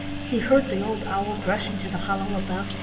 he heard the old owl brush into the hollow above,